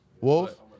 Wolf